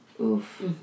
Oof